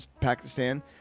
Pakistan